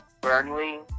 Burnley